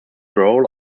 growl